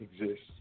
exists